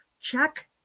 Check